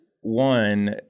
one